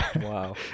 Wow